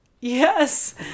yes